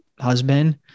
husband